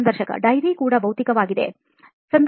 ಸಂದರ್ಶಕ diary ಕೂಡ ಭೌತಿಕವಾಗಿದೆ